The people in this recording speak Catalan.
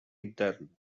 intern